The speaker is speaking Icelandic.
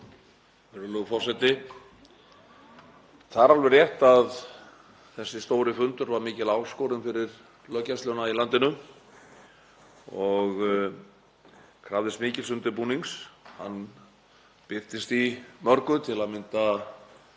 Það er alveg rétt að þessi stóri fundur var mikil áskorun fyrir löggæsluna í landinu og krafðist mikils undirbúnings. Hann birtist í mörgu, til að mynda